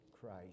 Christ